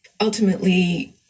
Ultimately